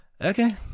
Okay